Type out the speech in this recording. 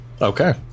Okay